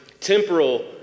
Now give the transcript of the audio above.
temporal